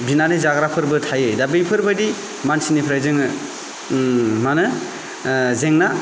बिनानै जाग्राफोरबो थायो दा बैफोरबायदि मानसिनिफ्राय जोङो मा होनो जेंना